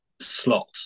slot